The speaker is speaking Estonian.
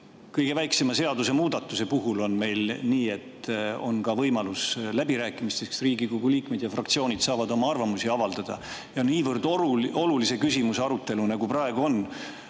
kõige väiksema seadusemuudatuse puhul on meil nii, et on ka võimalus läbirääkimisteks, Riigikogu liikmed ja fraktsioonid saavad oma arvamust avaldada. Niivõrd olulise küsimuse arutelul aga, nagu on